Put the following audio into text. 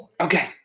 Okay